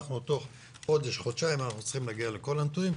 אנחנו תוך חודש-חודשיים צריכים להגיע לכל הנתונים,